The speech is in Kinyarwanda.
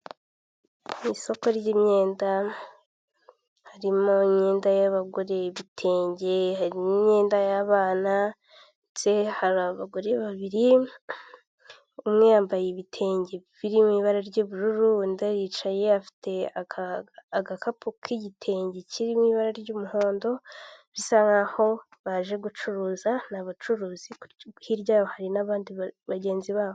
Mu isoko ry'imyenda harimo imyenda y'abagore ibitegi harin'iyenda y'abana, ndetse hari abagore babiri umwe yambaye ibitenge birimo ibara ry'ubururu, undi yicaye afite agakapu k'igitenge kiririmo ibara ry'umuhondo bisa nkaho baje gucuruza, ni abacuruzi hirya yabo hari n'abandi bagenzi babo.